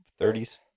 30s